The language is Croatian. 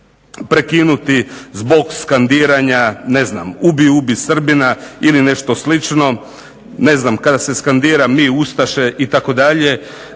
prekinuti zbog skandiranja ne znam, "Ubi, ubi Srbina" ili nešto slično, ne znam kada se skandira "Mi Ustaše" itd. da